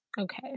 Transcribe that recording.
Okay